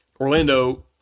Orlando